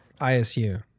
ISU